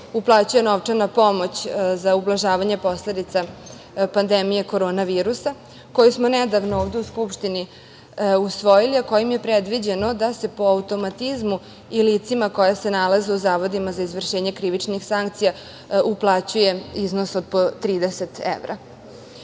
uplaćuje novčana pomoć za ublažavanje posledica pandemije korona virusa koju smo nedavno ovde u Skupštini usvojili, a kojim je predviđeno da se po automatizmu i licima koja se nalaze u zavodima za izvršenje krivičnih sankcija uplaćuje iznos od po 30 evra.